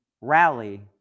rally